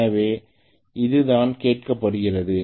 எனவே இதுதான் கேட்கப்படுகிறது